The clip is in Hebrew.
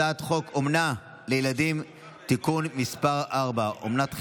הצעת חוק אומנה לילדים (תיקון מס' 4) (אומנת חירום),